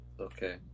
Okay